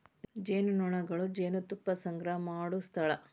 ಜೇನುನೊಣಗಳು ಜೇನುತುಪ್ಪಾ ಸಂಗ್ರಹಾ ಮಾಡು ಸ್ಥಳಾ